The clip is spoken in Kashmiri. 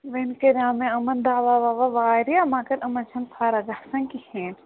وۄنۍ کَریو مےٚ یِمَن دَوا وَوا واریاہ مگر یِمَن چھَنہٕ فرق گَژھان کِہیٖنۍ